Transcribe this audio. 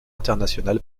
international